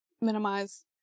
minimize